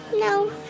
No